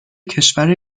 کشور